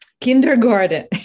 kindergarten